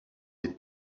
des